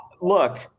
look